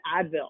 Advil